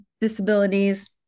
disabilities